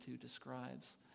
describes